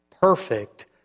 perfect